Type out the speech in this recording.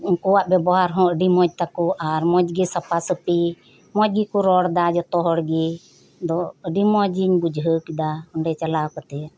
ᱩᱱᱠᱩᱣᱟᱜ ᱵᱮᱵᱚᱦᱟᱨ ᱦᱚᱸ ᱟᱹᱰᱤ ᱢᱚᱸᱡᱽ ᱛᱟᱠᱚ ᱟᱨ ᱢᱚᱸᱡᱽ ᱜᱮ ᱥᱟᱯᱷᱟ ᱥᱟᱹᱯᱷᱤ ᱢᱚᱸᱡᱽ ᱜᱮᱠᱚ ᱨᱚᱲ ᱮᱫᱟ ᱡᱷᱚᱛᱚ ᱦᱚᱲ ᱜᱮ ᱟᱫᱚ ᱟᱹᱰᱤ ᱢᱚᱸᱡᱽ ᱤᱧ ᱵᱩᱡᱷᱟᱹᱣ ᱠᱮᱫᱟ ᱚᱰᱮ ᱪᱟᱞᱟᱣ ᱠᱟᱛᱮᱫ